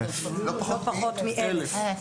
לא פחות מ-1,000.